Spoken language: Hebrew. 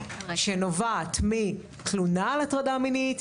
שנובעת מתלונה על הטרדה מינית,